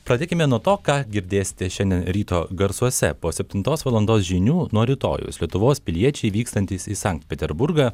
pradėkime nuo to ką girdėsite šiandien ryto garsuose po septintos valandos žinių nuo rytojaus lietuvos piliečiai vykstantys į sankt peterburgą